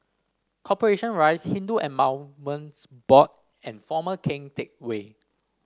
Corporation Rise Hindu Endowments Board and Former Keng Teck Whay